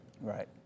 Right